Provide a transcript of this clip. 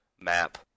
Map